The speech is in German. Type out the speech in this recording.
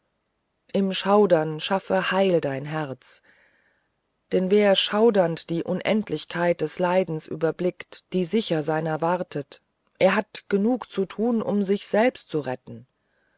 im schaudern schaffe heil dein herz denn wer schaudernd die unendlichkeit des leidens überblickt die sicher seiner wartet der hat genug zu tun um sich selbst zu retten